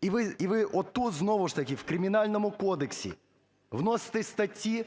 І ви отут знову ж таки в Кримінальному кодексі вносите статті.